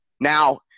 Now